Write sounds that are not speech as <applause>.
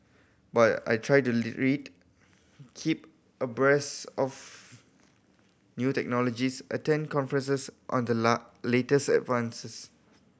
but I try to <unintelligible> read keep abreast of new technologies attend conferences on the <unintelligible> latest advances